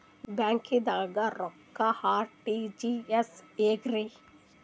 ಬ್ಯಾಂಕ್ದಾಗ ರೊಕ್ಕ ಆರ್.ಟಿ.ಜಿ.ಎಸ್ ಹೆಂಗ್ರಿ?